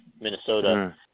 Minnesota